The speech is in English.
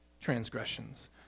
transgressions